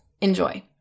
Enjoy